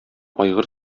айгыр